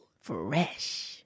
Fresh